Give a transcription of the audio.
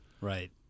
Right